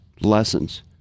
lessons